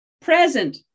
present